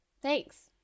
Thanks